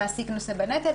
המעסיק נושא בנטל.